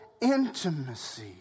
intimacy